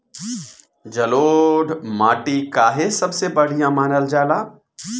जलोड़ माटी काहे सबसे बढ़िया मानल जाला?